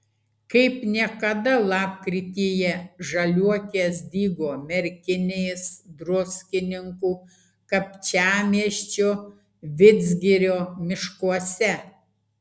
kaip niekada lapkrityje žaliuokės dygo merkinės druskininkų kapčiamiesčio vidzgirio miškuose